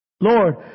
Lord